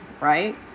right